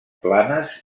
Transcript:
planes